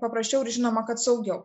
paprašiau ir žinoma kad saugiau